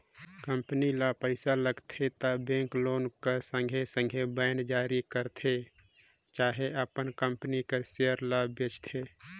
company ल पइसा लागथे त बेंक लोन कर संघे संघे बांड जारी करथे चहे अपन कंपनी कर सेयर ल बेंचथे